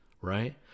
right